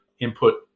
input